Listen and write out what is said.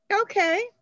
okay